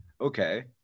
okay